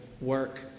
work